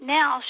now